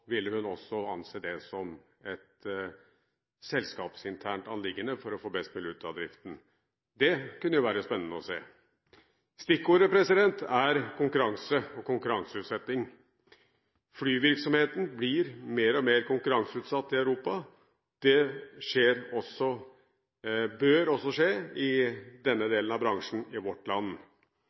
ville hun anse det som et selskapsinternt anliggende for å få mest mulig ut av driften. Det kunne jo være spennende å se. Stikkordet er konkurranse og konkurranseutsetting. Flyvirksomheten blir mer og mer konkurranseutsatt i Europa. Det bør også skje i denne delen av bransjen i vårt land.